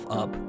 up